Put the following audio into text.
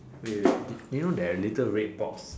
wait wait wait you know there are little red box